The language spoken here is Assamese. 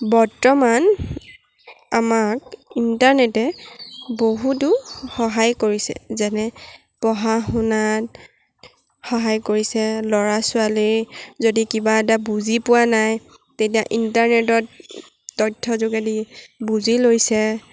বৰ্তমান আমাক ইণ্টাৰনেটে বহুতো সহায় কৰিছে যেনে পঢ়া শুনাত সহায় কৰিছে ল'ৰা ছোৱালী যদি কিবা এটা বুজি পোৱা নাই তেতিয়া ইণ্টাৰনেটত তথ্য় যোগেদি বুজি লৈছে